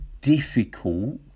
difficult